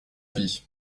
vie